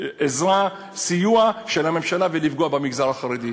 בעזרה ובסיוע של הממשלה, כדי לפגוע במגזר החרדי.